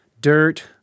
dirt